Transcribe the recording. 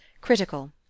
critical